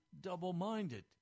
double-minded